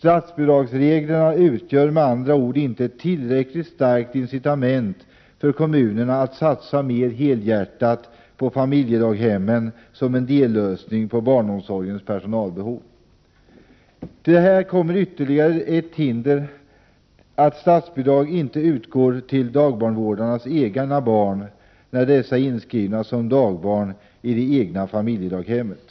Statsbidragsreglerna utgör med andra ord inte ett tillräckligt starkt incitament för att kommunerna skall satsa helhjärtat på familjedaghemmen som en dellösning på barnomsorgens personalbehov. Till detta kommer också som ytterligare ett hinder att statsbidrag inte utgår till dagbarnvårdarnas egna barn när dessa är inskrivna som dagbarn i det egna familjedaghemmet.